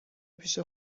پیش